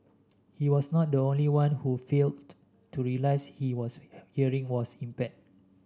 he was not the only one who failed to realise his was hearing was impaired